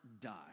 die